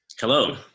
Hello